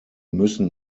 müssen